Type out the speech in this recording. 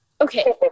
Okay